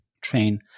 train